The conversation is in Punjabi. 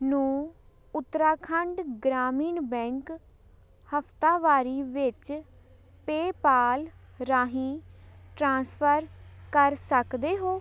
ਨੂੰ ਉੱਤਰਾਖੰਡ ਗ੍ਰਾਮੀਣ ਬੈਂਕ ਹਫ਼ਤਾਵਾਰੀ ਵਿੱਚ ਪੇਪਾਲ ਰਾਹੀਂ ਟ੍ਰਾਂਸਫਰ ਕਰ ਸਕਦੇ ਹੋ